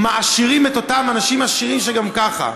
מעשירים את אותם אנשים שהם עשירים גם ככה,